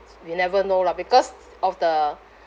we never know lah because of the